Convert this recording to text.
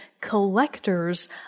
collector's